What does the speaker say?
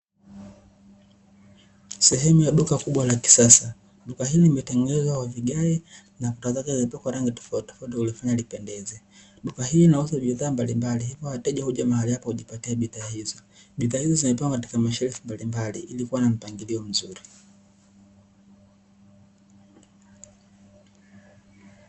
Sehemu ya duka kubwa la kisasa, duka hili limetengenezwa na vigae na kuta zake zimepakwa rangi tofauti tofauti za kulifanya lipendeze. Duka hili linauza bidhaa mbalimbali wateja huja mahali hapa kujipatia bidhaa hizo, bidhaa hizo zimepangwa katika mashelfu mbalimbali ilikuwa na mpangilio mzuri.